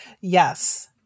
Yes